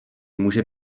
může